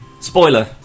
spoiler